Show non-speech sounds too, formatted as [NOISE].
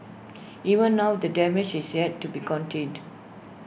even now the damage has yet to be [NOISE] contained